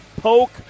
poke